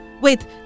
Wait